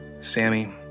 Sammy